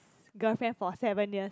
girlfriend for seven years